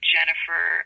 Jennifer